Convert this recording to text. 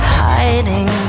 hiding